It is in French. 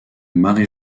marie